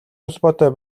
холбоотой